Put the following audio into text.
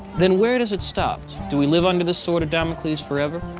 then where does it stop? do we live under the sword of damocles forever?